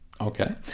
Okay